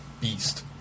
beast